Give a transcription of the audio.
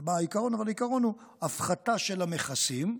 מה העיקרון, העיקרון הוא הפחתה של המכסים,